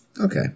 Okay